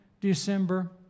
December